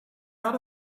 out